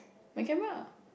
my camera lah